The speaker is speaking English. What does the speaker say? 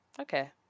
Okay